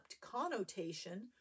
connotation